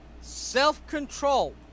self-control